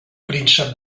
príncep